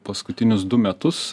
paskutinius du metus